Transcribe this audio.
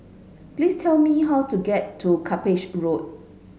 please tell me how to get to Cuppage Road